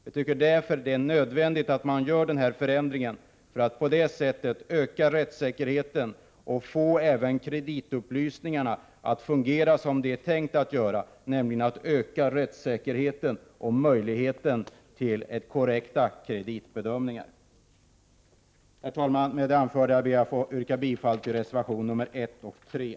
Vi anser därför att det är nödvändigt att man gör denna ändring i lagen. På det sättet ökar man rättssäkerheten och får även kreditupplysningarna att fungera som det är Prot. 1988/89:46 tänkt, nämligen att öka möjligheten att göra korrekta kreditbedömningar. 15 december 1988 Herr talman! Med det anförda ber jag att få yrka bifall till reservationerna